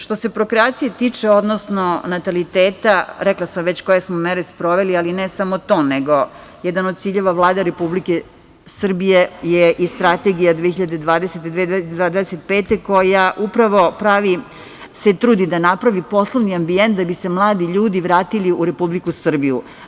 Što se prokreacije odnosno nataliteta, rekla sam već koje smo mere sproveli, ali ne samo to, jedan od ciljeva Vlade Republike Srbije je i Strategija 2020-2025, koja se upravo trudi da napravi poslovni ambijent da bi se mladi ljudi vratili u Republiku Srbiju.